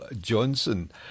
Johnson